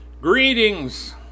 greetings